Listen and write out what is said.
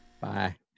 Bye